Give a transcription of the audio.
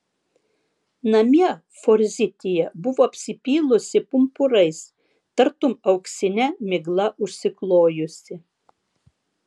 namie forzitija buvo apsipylusi pumpurais tartum auksine migla užsiklojusi